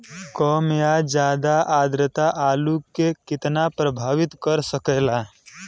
कम या ज्यादा आद्रता आलू के कितना प्रभावित कर सकेला?